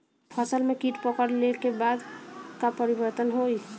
फसल में कीट पकड़ ले के बाद का परिवर्तन होई?